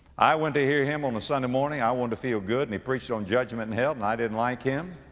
i went to hear him on a sunday morning. i wanted to feel good and he preached on judgment and hell and i didn't like him.